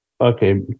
okay